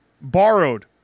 borrowed